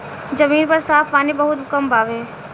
जमीन पर साफ पानी बहुत कम बावे